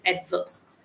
adverbs